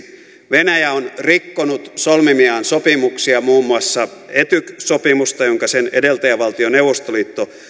venäjä on rikkonut solmimiaan sopimuksia muun muassa etyk sopimusta jonka sen edeltäjävaltio neuvostoliitto